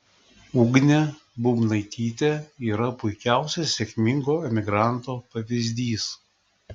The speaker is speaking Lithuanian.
ugnė bubnaitytė yra puikiausias sėkmingo emigranto pavyzdys